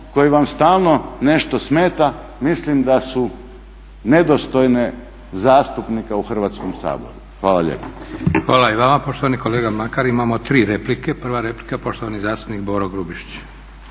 koji vam stalno nešto smeta mislim da su nedostojne zastupnika u Hrvatskom saboru. Hvala lijepa.